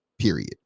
Period